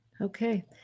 Okay